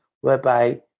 whereby